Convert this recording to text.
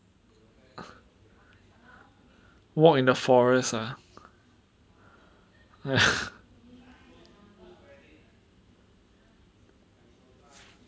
walk in the forest ah ya